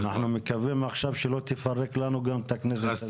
אנחנו מקווים עכשיו שלא תפרק לנו גם את הכנסת הזאת.